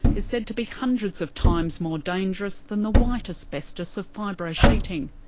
is said to be hundreds of times more dangerous than the white asbestos of fibro sheeting.